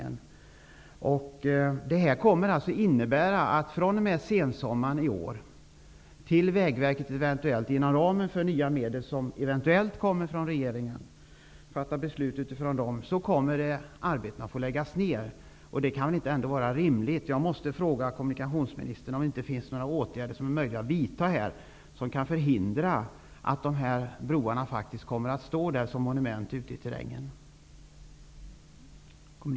Detta kommer alltså att innebära att arbeten läggs ner fr.o.m. sensommaren i år och att det kommer att vara så till dess att Vägverket får medel inom ramen för eventuellt nya medel som regeringen fattar beslut om. Detta kan väl ändå inte vara rimligt. Jag måste därför fråga kommunikationsministern om det inte är möjligt att vidta åtgärder som innebär att man förhindrar att de aktuella broarna blir monument ute i terrängen.